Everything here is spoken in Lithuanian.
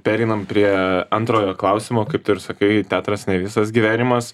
pereinam prie antrojo klausimo kaip tu ir sakai teatras ne visas gyvenimas